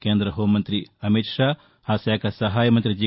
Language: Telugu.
కేంద్ర హోం మంతి అమిత్షా ఆ శాఖ సహాయ మంతి జి